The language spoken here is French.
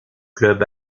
club